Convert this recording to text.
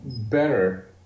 better